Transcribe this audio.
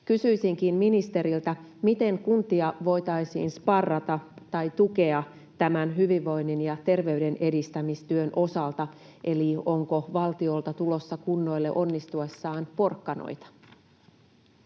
Kysyisinkin ministeriltä: miten kuntia voitaisiin sparrata tai tukea tämän hyvinvoinnin ja terveyden edistämistyön osalta, eli onko valtiolta tulossa kunnille onnistuessaan porkkanoita?